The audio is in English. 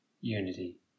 unity